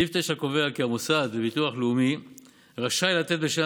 סעיף 9 קובע כי המוסד לביטוח לאומי רשאי לתת בשם